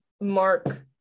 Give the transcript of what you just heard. mark